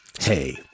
Hey